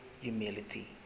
humility